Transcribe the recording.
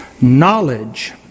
Knowledge